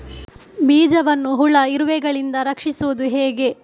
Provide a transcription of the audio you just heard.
ಬೀಜವನ್ನು ಹುಳ, ಇರುವೆಗಳಿಂದ ರಕ್ಷಿಸುವುದು ಹೇಗೆ?